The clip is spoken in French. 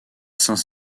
saint